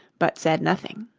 but said nothing.